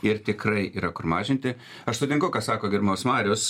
ir tikrai yra kur mažinti aš sutinku kad sako gerbiamas marius